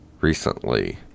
recently